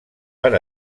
per